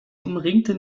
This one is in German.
umringten